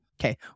Okay